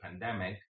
pandemic